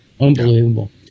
Unbelievable